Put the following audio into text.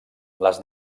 les